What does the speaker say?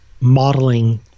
modeling